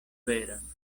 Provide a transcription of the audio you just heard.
veron